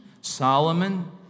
Solomon